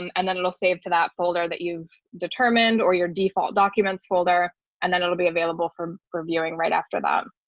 um and then it'll save to that folder that you've determined or your default documents folder. and then it'll be available for for viewing right after that.